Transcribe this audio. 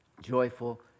joyful